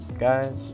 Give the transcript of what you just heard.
Guys